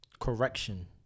Correction